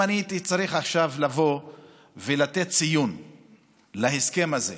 אם הייתי צריך עכשיו לבוא ולתת ציון להסכם הזה,